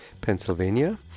Pennsylvania